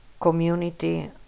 community